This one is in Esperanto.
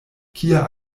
kia